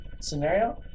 scenario